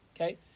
Okay